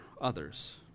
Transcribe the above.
others